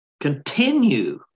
continue